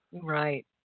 Right